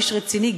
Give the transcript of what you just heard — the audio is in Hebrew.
איש רציני,